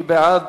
מי בעד?